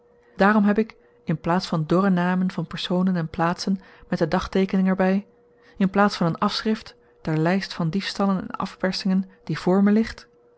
daarom heb ik in plaats van dorre namen van personen en plaatsen met de dagteekening er by in plaats van een afschrift der lyst van diefstallen en afpersingen die voor me ligt